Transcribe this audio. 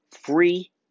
free